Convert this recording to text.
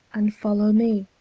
and follow me,